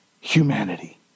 humanity